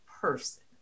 person